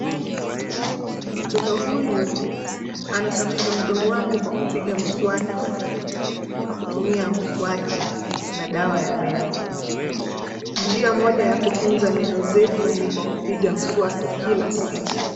Mtoto huyu, anasafisha mdomo wake kwa kupiga mswaki, kwa kutumia mswaki, na dawa ya meno, njia moja ya kutunza meno zetu ni kwa kupiga mswaki kila siku.